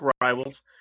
rivals